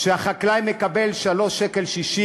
שהחקלאי מקבל עליו 3.6 שקל,